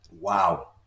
wow